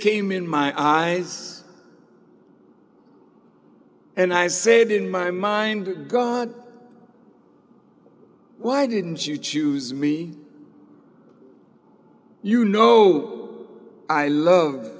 came in my eyes and i said in my mind god why didn't you choose me you know i love